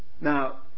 now